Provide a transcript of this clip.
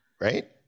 Right